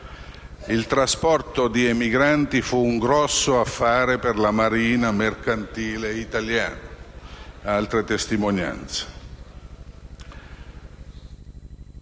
II trasporto di emigranti fu un grosso affare per la marina mercantile italiana.